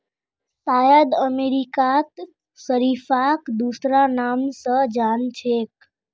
शायद अमेरिकात शरीफाक दूसरा नाम स जान छेक